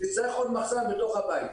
נצטרך עוד מחסן בתוך הבית.